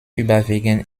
überwiegend